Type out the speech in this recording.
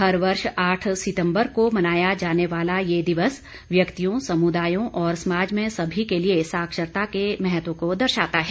हर वर्ष आठ सितम्बर को मनाया जाने वाला यह दिवस व्यक्तियों समुदायों और समाज में सभी के लिए साक्षरता के महत्व को दर्शाता है